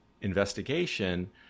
investigation